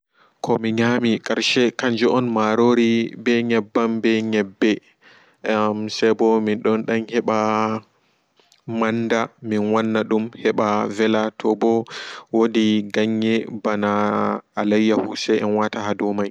Komi nyaami karshe kanju on marori ɓe nyeɓɓam ɓe nyeɓɓe am seɓo mindon dan heɓa manda min wannadum heɓa vela toɓo wodi ganye ɓana alayyaho sen wata hado mai